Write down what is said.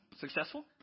Successful